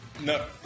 No